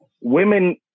women